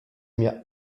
mir